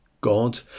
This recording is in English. God